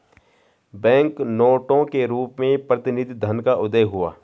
bank नोटों के रूप में प्रतिनिधि धन का उदय हुआ